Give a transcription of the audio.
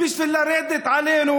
אל תמתינו לטרור במדינות